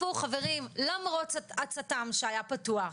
למרות הצט"ם שהיה פתוח,